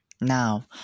Now